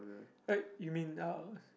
eh you mean uh